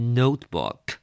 notebook